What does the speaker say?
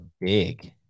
big